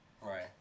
Right